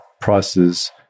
prices